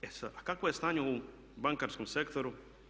E sada, a kakvo je stanje u bankarskom sektoru?